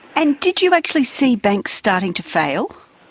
and did you actually see banks starting to fail?